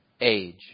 age